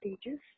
stages